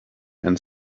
and